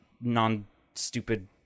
non-stupid